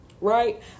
right